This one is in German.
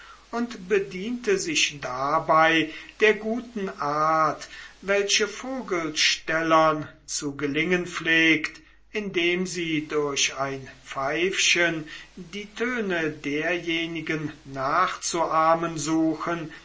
und bediente sich dabei der guten art welche vogelstellern zu gelingen pflegt indem sie durch ein pfeifchen die töne derjenigen nachzuahmen suchen